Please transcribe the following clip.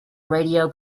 radio